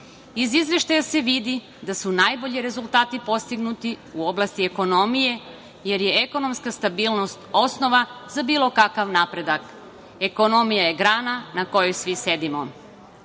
Izveštaja se vidi da su najbolji rezultati postignuti u oblasti ekonomije, jer je ekonomska stabilnost osnova za bilo kakav napredak. Ekonomija je grana na kojoj svi sedimo. Što